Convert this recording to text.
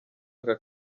aka